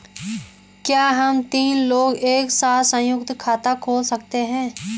क्या हम तीन लोग एक साथ सयुंक्त खाता खोल सकते हैं?